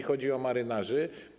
Chodzi o marynarzy.